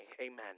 Amen